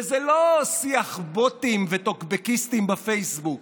וזה לא שיח בוטים וטוקבקיסטים בפייסבוק,